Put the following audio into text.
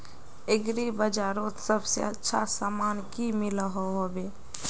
Agri बजारोत सबसे अच्छा सामान की मिलोहो होबे?